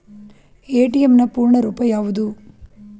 ATM ನ ಪೂರ್ಣ ರೂಪ ಯಾವುದು?